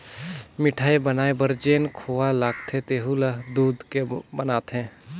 मिठाई बनाये बर जेन खोवा लगथे तेहु ल दूद के बनाथे